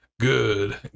Good